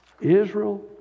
Israel